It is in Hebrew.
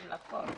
נכון.